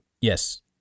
yes